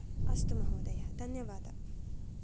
अस्तु महोदय धन्यवादः